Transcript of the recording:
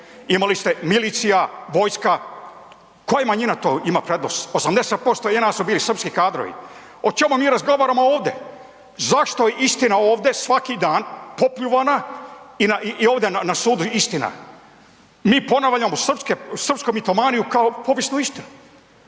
imali ste milicija, vojska, koja manjina to ima prednost? 80% JNA su bili srpski kadrovi, o čemu mi razgovaramo ovdje? Zašto je istina ovdje svaki dan popljuvana i ovdje na sudu istina? Mi ponavljamo srpsku mitomaniju kao povijesnu istinu.